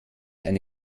eine